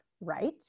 right